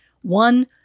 one